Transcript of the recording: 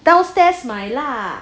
downstairs 买啦